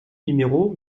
numéro